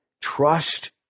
trust